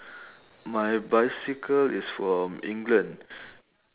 my bicycle is from england